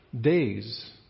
days